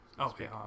Okay